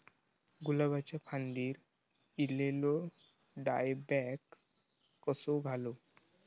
गुलाबाच्या फांदिर एलेलो डायबॅक कसो घालवं?